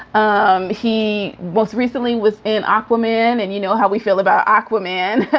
um he was recently within aquaman. and you know how we feel about aquaman,